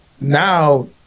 Now